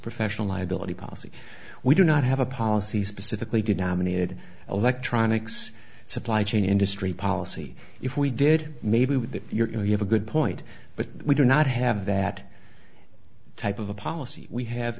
professional liability policy we do not have a policy specifically did nominated electronics supply chain industry policy if we did maybe with your have a good point but we do not have that type of a policy we have